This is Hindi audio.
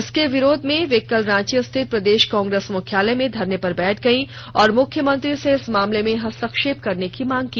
इसके विरोध में वे कल रांची स्थित प्रदेश कांग्रेस मुख्यालय में धरने पर बैठ गयीं और मुख्यमंत्री से इस मामले में हस्तक्षेप करने की मांग की